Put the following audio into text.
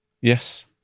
Yes